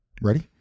Ready